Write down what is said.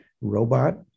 robot